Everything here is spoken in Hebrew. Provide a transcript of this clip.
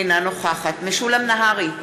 אינה נוכחת משולם נהרי,